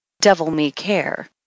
devil-me-care